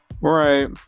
right